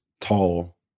tall